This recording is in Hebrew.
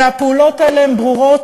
והפעולות האלה הן ברורות,